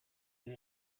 you